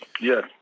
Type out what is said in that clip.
yes